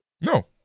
No